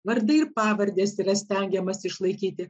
vardai ir pavardės yra stengiamasi išlaikyti